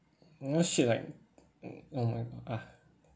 know shit like oh my god ah